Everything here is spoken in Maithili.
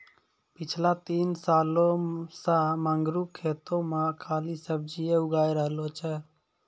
पिछला तीन सालों सॅ मंगरू खेतो मॅ खाली सब्जीए उगाय रहलो छै